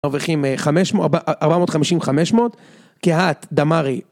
מרוויחים חמש...450-500, כהת דמרי.